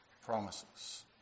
promises